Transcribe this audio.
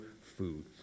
food